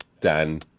Dan